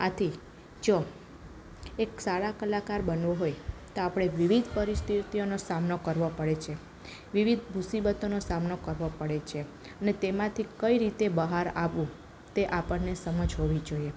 આથી જો એક સારા કલાકાર બનવું હોય તો આપણે વિવિધ પરિસ્થિતિઓનો સામનો કરવો પડે છે વિવિધ મુસીબતોનો સામનો કરવો પડે છે ને તેમાંથી કઈ રીતે બહાર આવવું તેની આપણને સમજ હોવી જોઈએ